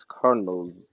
Cardinals